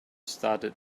started